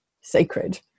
sacred